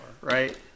right